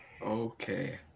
Okay